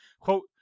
quote